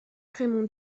raymond